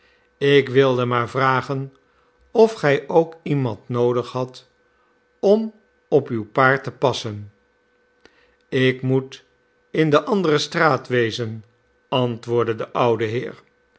ik wilde maar vragen of gij ook iemand noodig hadt om op uw paard te passen ik moet in de andere straat wezen antwoordde de oude heer